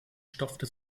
stopfte